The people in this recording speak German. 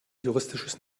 juristisches